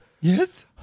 Yes